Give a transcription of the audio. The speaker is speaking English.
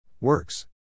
Works